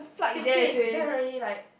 ticket there already like